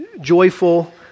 joyful